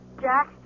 Jack